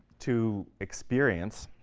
to experience,